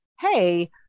hey